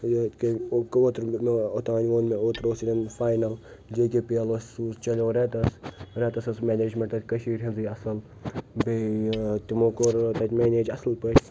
ٲں اوترٕ اوٚتانۍ ووٚن مےٚ اوترٕ اوس ییٚتیٚن فاینَل جے کے پی ایٚلَس سُہ چلیٛوو ریٚتَس ریٚتَس آس منیجمیٚنٛٹ تتہِ کشیٖرِ ہنٛزٕے اصٕل بیٚیہِ ٲں تِمو کوٚر تتہِ مینیج اصٕل پٲٹھۍ